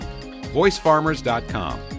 voicefarmers.com